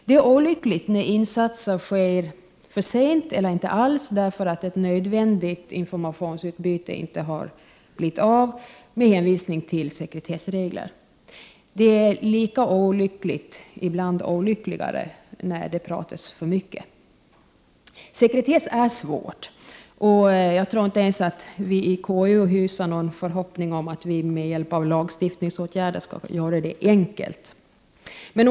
Det är olyckligt när insatser sker för sent eller inte alls därför att ett nödvändigt informationsutbyte inte har blivit av med hänvisning till sekretessregler. Det är lika olyckligt —- ibland olyckligare — om det pratas för mycket. Sekretess är svårt, och vi i KU hyser ingen förhoppning om att vi med lagstiftning skall göra sekretessen enkel.